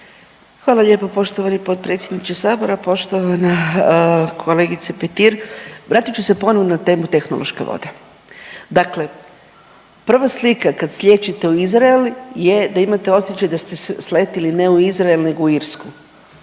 Hvala lijepo poštovani potpredsjedniče Sabora. Poštovana kolegice Petir. Vratit ću se ponovno na temu tehnološke vode. Dakle, prva slika kad lijećete u Izrael je da imate osjećaj da ste sletili ne u Izrael nego u Irsku